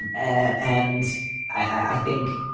and ah and i think.